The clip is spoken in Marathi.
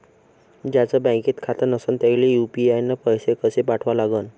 ज्याचं बँकेत खातं नसणं त्याईले यू.पी.आय न पैसे कसे पाठवा लागन?